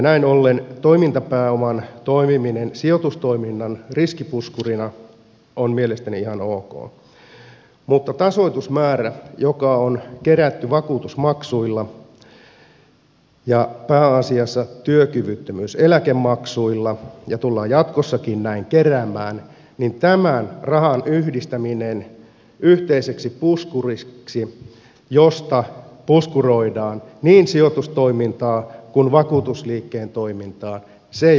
näin ollen toimintapääoman toimiminen sijoitustoiminnan riskipuskurina on mielestäni ihan ok mutta tasoitusmäärän joka on kerätty vakuutusmaksuilla ja pääasiassa työkyvyttömyyseläkemaksuilla ja tullaan jatkossakin näin keräämään yhdistäminen yhteiseksi puskuriksi josta puskuroidaan niin sijoitustoimintaa kuin vakuutusliikkeen toimintaa ei ole hyväksyttävää